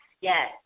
yes